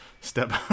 Step